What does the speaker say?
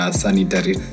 sanitary